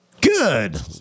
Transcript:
Good